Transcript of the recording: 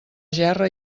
gerra